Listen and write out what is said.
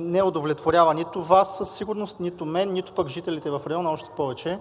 не удовлетворява нито Вас, със сигурност, нито мен, нито пък жителите в района още повече.